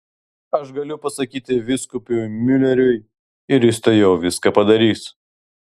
aš galiu pasakyti vyskupui miuleriui ir jis tuojau viską padarys